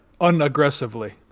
unaggressively